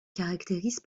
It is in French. caractérise